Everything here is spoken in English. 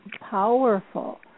powerful